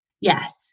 Yes